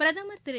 பிரதமா் திரு